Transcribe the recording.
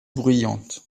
bruyante